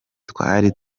twari